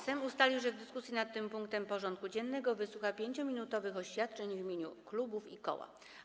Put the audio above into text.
Sejm ustalił, że w dyskusji nad tym punktem porządku dziennego wysłucha 5-minutowych oświadczeń w imieniu klubów i koła.